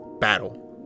battle